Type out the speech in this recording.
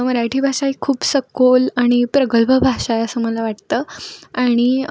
मराठी भाषा ही खूप सखोल आणि प्रगल्भ भाषा आहे असं मला वाटतं आणि